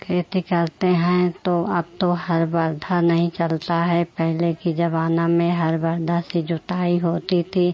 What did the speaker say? खेती करते हैं तो अब तो हल बरधा नहीं चलता है पहले के ज़माने में हल बरधा से जोताई होती थी